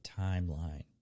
timeline